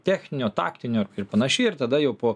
techninio taktinio ir panašiai ir tada jau po